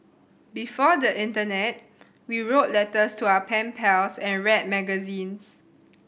before the internet we wrote letters to our pen pals and read magazines